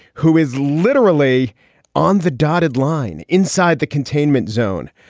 who is literally on the dotted line inside the containment zone.